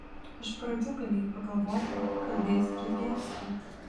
iš pradžių galėjai pagalvoti kad gaisras gęsta